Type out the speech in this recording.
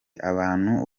abantu